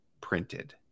printed